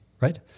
right